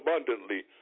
abundantly